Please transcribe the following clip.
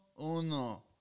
Uno